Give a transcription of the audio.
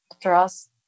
trust